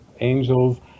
Angels